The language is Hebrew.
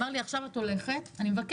אז הוא אמר לי: עכשיו תלכי, ואני מבקש